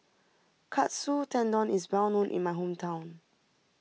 Katsu Tendon is well known in my hometown